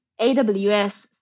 AWS